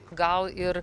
gal ir